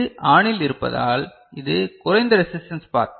இது ஆனில் இருப்பதால் இது குறைந்த ரெசிஸ்டன்ஸ் பாத்